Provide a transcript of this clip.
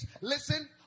listen